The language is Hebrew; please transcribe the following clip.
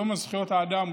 יום זכויות האדם,